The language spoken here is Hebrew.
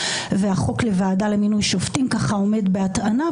והחוק לוועדה למינוי שופטים עומד בהטענה,